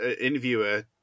interviewer